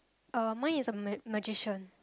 uh mine is a ma~ magician